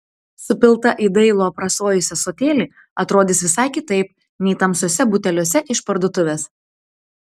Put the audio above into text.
supilta į dailų aprasojusį ąsotėlį atrodys visai kitaip nei tamsiuose buteliuose iš parduotuvės